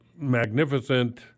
magnificent